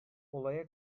olaya